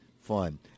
fun